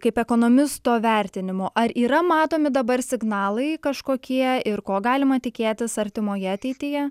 kaip ekonomisto vertinimu ar yra matomi dabar signalai kažkokie ir ko galima tikėtis artimoje ateityje